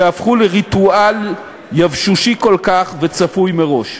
שהפכו לריטואל יבשושי כל כך וצפוי מראש.